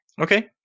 Okay